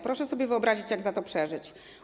Proszę sobie wyobrazić, jak za to przeżyć.